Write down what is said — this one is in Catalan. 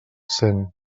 cent